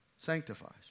sanctifies